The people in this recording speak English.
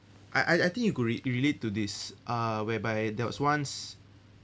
I I I think you could re~ relate to this uh whereby there was once